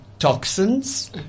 Toxins